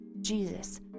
Jesus